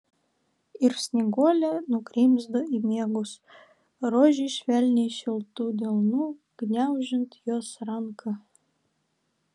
ir snieguolė nugrimzdo į miegus rožei švelniai šiltu delnu gniaužiant jos ranką